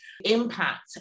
impact